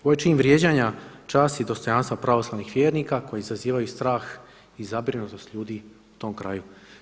Ovo je čin vrijeđanja časti i dostojanstva pravoslavnih vjernika koji izazivaju strah i zabrinutost ljudi u tom kraju.